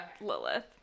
Lilith